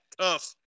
tough